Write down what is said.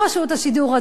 ברשות השידור,